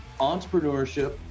entrepreneurship